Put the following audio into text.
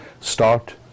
start